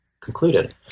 concluded